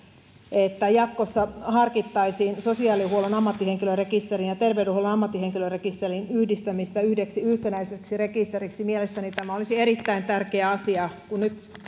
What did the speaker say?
että jatkossa harkittaisiin sosiaalihuollon ammattihenkilörekisterin ja terveydenhuollon ammattihenkilörekisterin yhdistämistä yhdeksi yhtenäiseksi rekisteriksi mielestäni tämä olisi erittäin tärkeä asia nyt kun